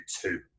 two